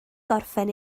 gorffen